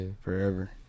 forever